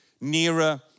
nearer